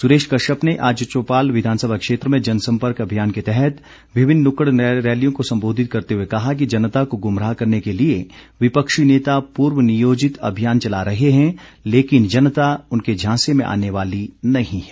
सुरेश कश्यप ने आज चौपाल विधानसभा क्षेत्र में जनसंपर्क अभियान के तहत विभिन्न नुक्कड़ रैलियों को संबोधित करते हुए कहा कि जनता को गुमराह करने के लिए विपक्षी नेता पूर्व नियोजित अभियान चला रहे हैं लेकिन जनता उनके झांसे में आने वाली नहीं है